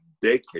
decade